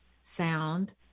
sound